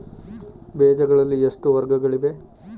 ಬೇಜಗಳಲ್ಲಿ ಎಷ್ಟು ವರ್ಗಗಳಿವೆ?